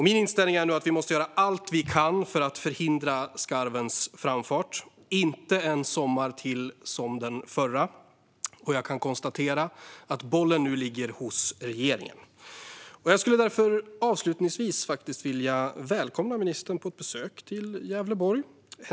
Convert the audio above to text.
Min inställning är att vi nu måste göra allt vi kan för att förhindra skarvens framfart - inte en sommar till som den förra! Jag kan konstatera att bollen nu ligger hos regeringen. Jag skulle därför avslutningsvis vilja välkomna ministern på ett besök till Gävleborg.